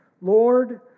Lord